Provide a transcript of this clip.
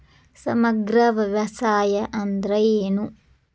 ಸಮಗ್ರ ವ್ಯವಸಾಯ ಅಂದ್ರ ಏನು?